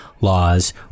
laws